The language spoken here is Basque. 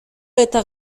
eta